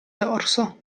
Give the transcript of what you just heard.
dorso